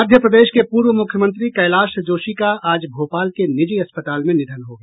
मध्य प्रदेश के पूर्व मुख्यमंत्री कैलाश जोशी का आज भोपाल के निजी अस्पताल में निधन हो गया